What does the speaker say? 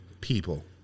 people